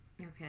Okay